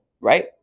right